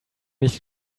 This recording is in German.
nicht